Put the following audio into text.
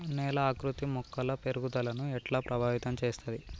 నేల ఆకృతి మొక్కల పెరుగుదలను ఎట్లా ప్రభావితం చేస్తది?